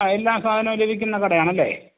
ആ എല്ലാ സാധനവും ലഭിക്കുന്ന കടയാണല്ലേ